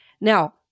Now